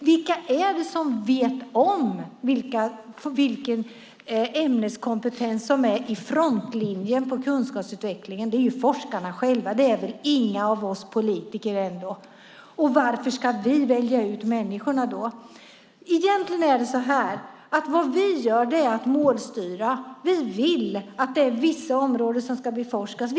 Vilka är det som vet vilken ämneskompetens som ligger i frontlinjen när det gäller kunskapsutvecklingen? Ja, det är forskarna själva som vet det - ingen av oss politiker. Varför ska vi då välja ut personerna? Vad vi gör är egentligen att vi målstyr. Vi vill att vissa områden ska beforskas.